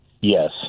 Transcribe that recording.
yes